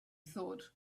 thought